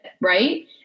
Right